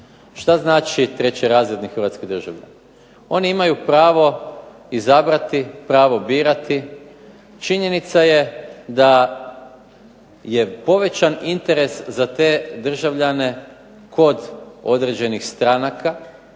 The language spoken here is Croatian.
Šta znači trećerazredni hrvatski državljan?